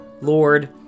Lord